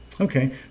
Okay